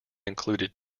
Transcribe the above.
included